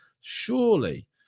Surely